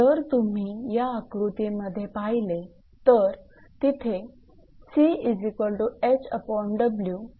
जर तुम्ही या आकृतीमध्ये पाहिले तर तिथे असे लिहिले आहे